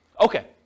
Okay